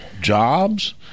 jobs